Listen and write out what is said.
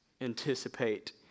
anticipate